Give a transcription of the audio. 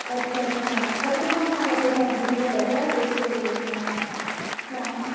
अच्छा अच्छा अच्छा हां हां हां ते मॉडलिंगावाल्या ओके ओके हां हां हां